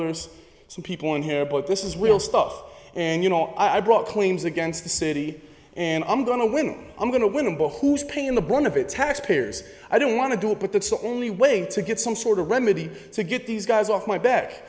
there's some people in here but this is will stuff and you know i brought claims against the city and i'm going to win i'm going to win by who's paying the brunt of it taxpayers i don't want to do it but that's the only way to get some sort of remedy to get these guys off my back